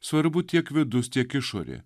svarbu tiek vidus tiek išorė